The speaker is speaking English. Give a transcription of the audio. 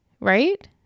right